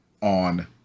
on